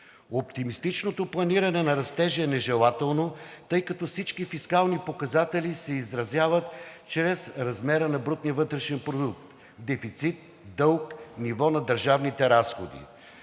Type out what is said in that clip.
Оптимистичното планиране на растежа е нежелателно, тъй като всички фискални показатели се изразяват чрез размера на брутния вътрешен продукт, дефицит, дълг, ниво на държавните разходи.